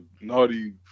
Naughty